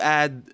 add